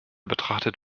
betrachtet